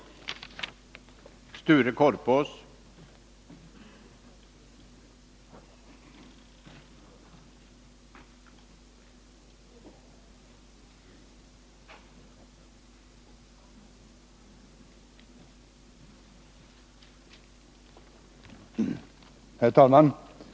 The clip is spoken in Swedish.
Torsdagen den